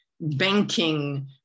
banking